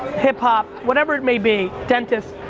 hip-hop, whatever it may be, dentist,